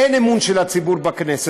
אין אמון של הציבור בכנסת.